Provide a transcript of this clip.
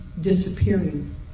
disappearing